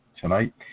tonight